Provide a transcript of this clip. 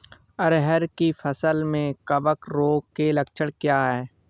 अरहर की फसल में कवक रोग के लक्षण क्या है?